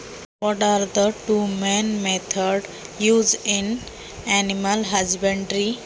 पशुपालनामध्ये कोणत्या दोन मुख्य पद्धती वापरल्या जातात?